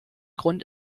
grund